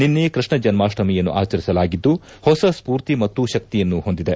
ನಿನ್ನೆ ಕೃಷ್ಣ ಜನ್ಮಾಷ್ವಮಿಯನ್ನು ಆಚರಿಸಲಾಗಿದ್ದು ಹೊಸ ಸ್ಪೂರ್ತಿ ಮತ್ತು ಶಕ್ತಿಯನ್ನು ತಂದಿದೆ